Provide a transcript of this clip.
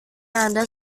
anda